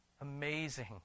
Amazing